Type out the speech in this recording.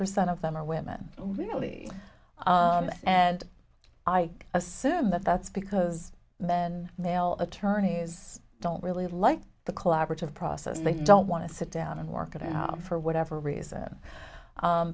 percent of them are women really and i assume that that's because men male attorneys don't really like the collaborative process they don't want to sit down and work it out for whatever reason